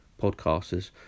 podcasters